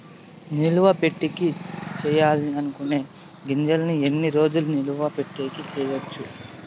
నిలువ పెట్టేకి సేయాలి అనుకునే గింజల్ని ఎన్ని రోజులు నిలువ పెట్టేకి చేయొచ్చు